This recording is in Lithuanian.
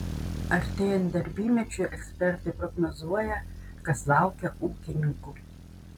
artėjant darbymečiui ekspertai prognozuoja kas laukia ūkininkų